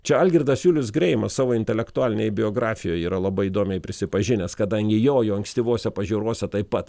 čia algirdas julius greimas savo intelektualinėj biografijoj yra labai įdomiai prisipažinęs kadangi jojo ankstyvose pažiūrose taip pat